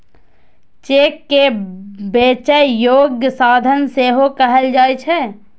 cheque कें बेचै योग्य साधन सेहो कहल जाइ छै